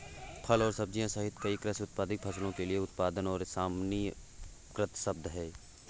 फल और सब्जियां सहित कई कृषि उत्पादित फसलों के लिए उत्पादन एक सामान्यीकृत शब्द है